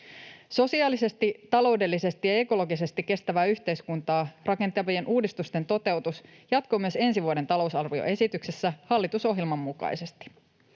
Sosiaalisesti, taloudellisesti ja ekologisesti kestävää yhteiskuntaa rakentavien uudistusten toteutus jatkuu myös ensi vuoden talousarvioesityksessä hallitusohjelman mukaisesti.